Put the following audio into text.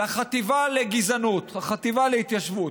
לחטיבה לגזענות, החטיבה להתיישבות,